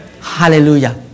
Hallelujah